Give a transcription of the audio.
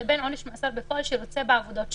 לבין עונש מאסר בפועל שירוצה בעבודות שירות.